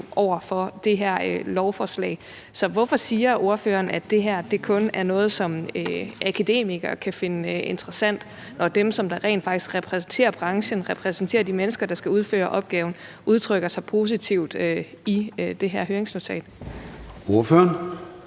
over for det her lovforslag. Så hvorfor siger ordføreren, at det her kun er noget, som akademikere kan finde interessant, når dem, der rent faktisk repræsenterer branchen og repræsenterer de mennesker, der skal udføre opgaven, udtrykker sig positivt i det her høringsnotat? Kl.